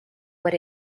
what